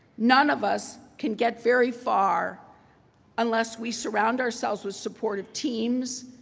none of us can get very far unless we surround ourselves with supportive teams,